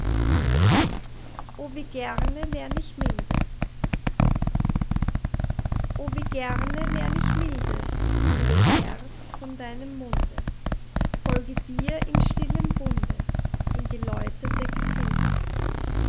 o wie gerne lern ich milde o wie gerne lern ich milde liebes herz von deinem munde folge dir in stillem bunde in geläuterte gefilde